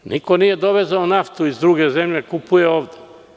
Niko nije dovezao naftu iz druge zemlje, već kupuje ovde.